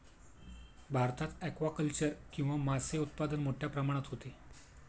भारतात ॲक्वाकल्चर किंवा मासे उत्पादन मोठ्या प्रमाणात होते